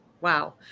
Wow